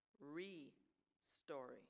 re-story